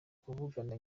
kuvugana